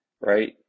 right